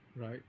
right